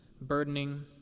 burdening